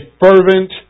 fervent